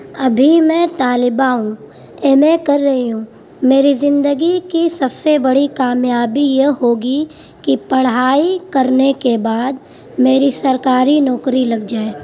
ابھی میں طالبہ ہوں ایم اے کر رہی ہوں میری زندگی کی سب سے بڑی کامیابی یہ ہوگی کہ پڑھائی کرنے کے بعد میری سرکاری نوکری لگ جائے